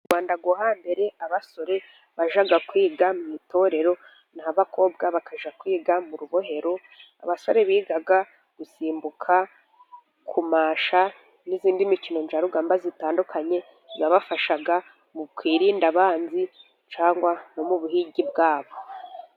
Mu Rwanda ha mbere abasore bajyaga kwiga mu itorero naho abakobwa bakajya kwiga mu rubohero. Abasore bigaga gusimbuka, kumasha n'indi mikino njyarugamba itandukanye yabafashaga mu kwirinda abanzi cyangwa no mu buhingi bwabo.